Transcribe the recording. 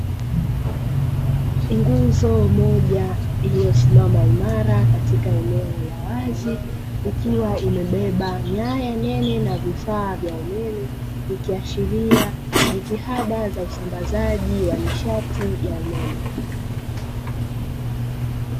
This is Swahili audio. Nguzo moja iliyosimama imara katika eneo la wazi, ikiwa imebeba nyaya nene na vifaa vya umeme, ikiashiria jitihada za usambazaji wa nishati ya umeme.